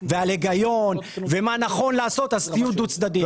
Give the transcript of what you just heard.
על היגיון ועל מה נכון לעשות תהיו דו-צדדיים.